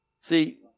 See